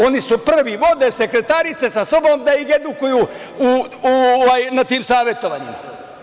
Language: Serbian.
Oni su prvi, vode sekretarice sa sobom da ih edukuju na tim savetovanjima.